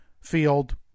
field